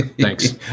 Thanks